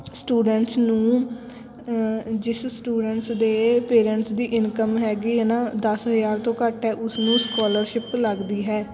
students ਨੂੰ ਜਿਸ students ਦੇ ਪੇਰੈਂਟਸ ਦੀ ਇਨਕਮ ਹੈਗੀ ਹੈ ਨਾ ਦਸ ਹਜ਼ਾਰ ਤੋਂ ਘੱਟ ਹੈ ਉਸਨੂੰ ਸਕਾਲਰਸ਼ਿਪ ਲੱਗਦੀ ਹੈ